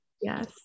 yes